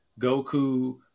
Goku